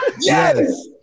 Yes